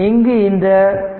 இங்கு RN RThevenin ஆகும்